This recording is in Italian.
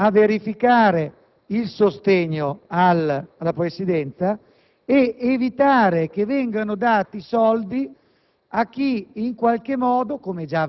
Abbiamo ben presenti la grossa difficoltà e il grosso sforzo che sta compiendo la Presidenza nazionale palestinese. Semplicemente ribadiamo